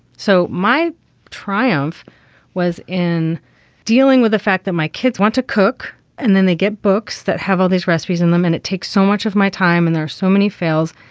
so my triumph was in dealing with the fact that my kids want to cook and then they get books that have all these recipes in them. and it takes so much of my time and there's so many fails.